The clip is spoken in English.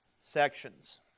sections